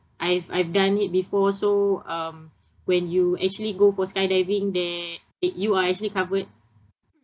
I've I've done it before so um when you actually go for skydiving that you are actually covered